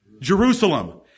Jerusalem